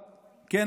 כן,